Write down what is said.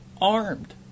armed